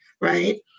right